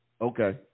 okay